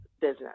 business